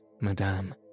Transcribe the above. madame